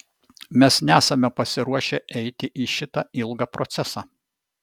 mes nesame pasiruošę eiti į šitą ilgą procesą